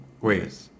Wait